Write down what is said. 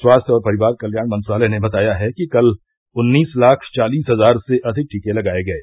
स्वास्थ्य और परिवार कल्याण मंत्रालय ने बताया है कि कल उन्नीस लाख चालीस हजार से अधिक टीके लगाए गये